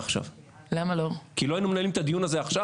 לא היינו מנהלים דיון על זה עכשיו.